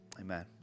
Amen